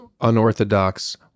unorthodox